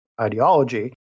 ideology